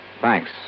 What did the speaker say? Thanks